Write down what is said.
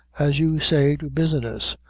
as you say, to business.